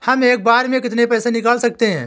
हम एक बार में कितनी पैसे निकाल सकते हैं?